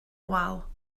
wal